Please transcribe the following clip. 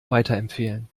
weiterempfehlen